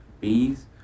bees